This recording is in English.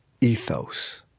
ethos